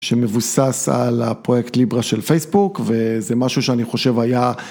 שמבוסס על פרויקט ליברה של פייסבוק וזה משהו שאני חושב היה.